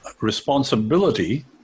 responsibility